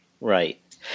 Right